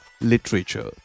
literature